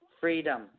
freedom